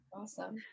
awesome